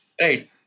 right